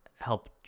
help